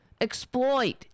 exploit